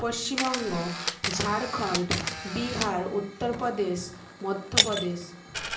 Paschimbanga Jharkhand Bihar Uttar Pradesh Madhya Pradesh